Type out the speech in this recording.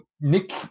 Nick